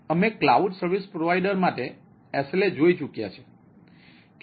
અમે cloud service provider માટે SLA જોઈ ચૂક્યા છીએ